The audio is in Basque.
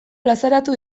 plazaratu